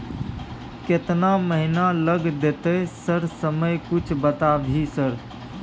केतना महीना लग देतै सर समय कुछ बता भी सर?